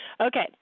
Okay